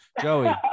Joey